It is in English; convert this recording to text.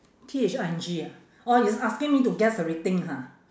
T H I N G ah oh it's asking me to guess everything ha